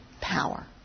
power